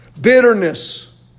Bitterness